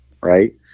right